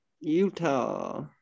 Utah